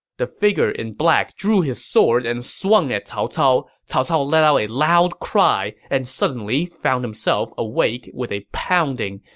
the figure in black drew his sword and swung at cao cao. cao cao let out a loud cry and suddenly found himself awake with a pounding,